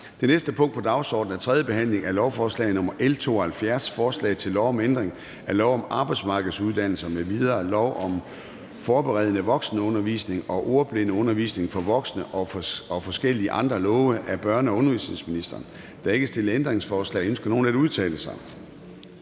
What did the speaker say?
Det næste punkt på dagsordenen er: 13) 3. behandling af lovforslag nr. L 72: Forslag til lov om ændring af lov om arbejdsmarkedsuddannelser m.v., lov om forberedende voksenundervisning og ordblindeundervisning for voksne og forskellige andre love. (Udmøntning af VEU-trepartsaftale 2023 om voksen-, efter- og videreuddannelse).